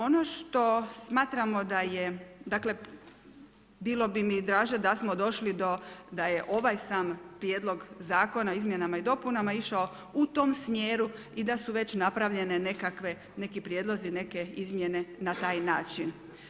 Ono što smatramo da je, dakle, bilo bi mi draže da smo došli do da je ovaj sam prijedlog zakona izmjenama i dopunama išao u tom smjeru i da su već napravljeni nekakvi prijedlozi, neke izmjene na taj način.